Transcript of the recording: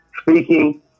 speaking